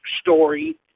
story